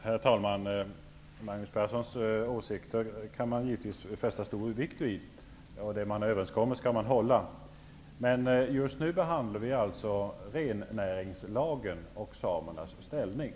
Herr talman! Magnus Perssons åsikter kan man givetvis fästa stor vikt vid. Ja, en överenskommelse skall hållas. Men just nu behandlar vi frågor om rennäringslagen och samernas ställning.